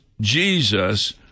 Jesus